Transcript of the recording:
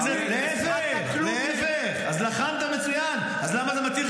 אז לכל זה זה בסדר גמור.